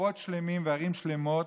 רחובות שלמים וערים שלמות